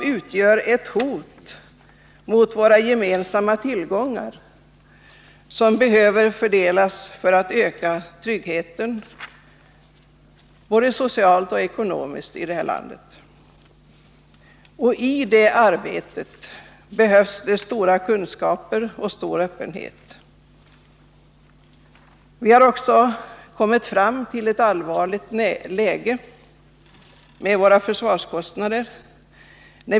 De utgör ett hot mot våra gemensamma tillgångar, som behöver fördelas jämnare för att öka tryggheten här i landet, både socialt och ekonomiskt. I det arbetet behövs det stora kunskaper och stor öppenhet. Vi har också kommit till ett allvarligt läge när det gäller våra försvarskostnader.